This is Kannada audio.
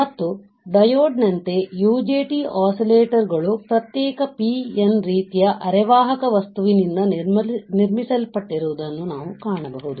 ಮತ್ತು ಡಯೋಡ್ನಂತೆ UJT ಒಸ್ಸಿಲೇಟರ್ಗಳು ಪ್ರತ್ಯೇಕ ಮತ್ತು ರೀತಿಯ ಅರೆವಾಹಕ ವಸ್ತುವಿನಿಂದ ನಿರ್ಮಿಸಲ್ಪಟ್ಟಿರುವುದನ್ನು ನಾವು ಕಾಣಬಹುದು